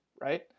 right